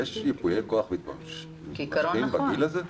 "הגדרות לפרק ד' 17. בפרק זה,